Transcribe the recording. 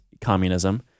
communism